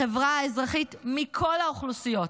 החברה האזרחית ומכל האוכלוסיות,